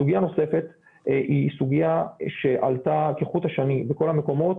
סוגיה נוספת שעלתה כחוט השני בכל המקומות